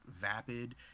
vapid